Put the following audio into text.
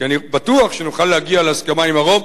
כי אני בטוח שנוכל להגיע להסכמה על הרוב,